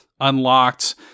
unlocked